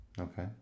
Okay